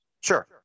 Sure